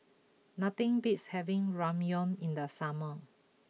nothing beats having Ramyeon in the summer